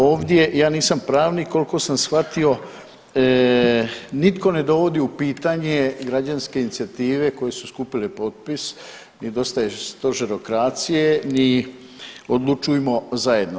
Ovdje, ja nisam pravnik, koliko sam shvatio nitko ne dovodi u pitanje građanske inicijative koje su skupile potpis i dosta je stožerokracije, ni odlučujmo zajedno.